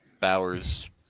Bowers